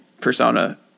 persona